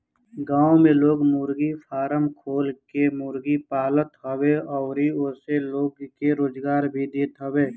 गांव में लोग मुर्गी फारम खोल के मुर्गी पालत हवे अउरी ओसे लोग के रोजगार भी देत हवे